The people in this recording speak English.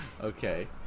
Okay